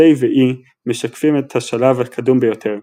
J ו-E משקפים את השלב הקדום ביותר,